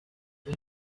iyi